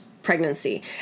Pregnancy